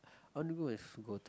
want to go where go to